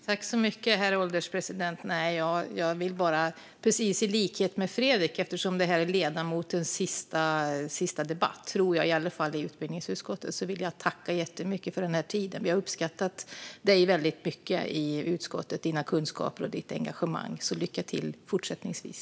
Herr ålderspresident! Eftersom det här är ledamotens sista debatt, i alla fall i utbildningsutskottet, vill jag i likhet med Fredrik Christensson tacka jättemycket för den här tiden. Vi har uppskattat dig, dina kunskaper och ditt engagemang i utskottet väldigt mycket. Lycka till fortsättningsvis!